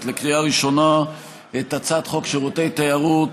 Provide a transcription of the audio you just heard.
לקריאה ראשונה את הצעת חוק שירותי תיירות,